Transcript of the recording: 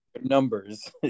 numbers